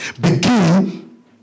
Begin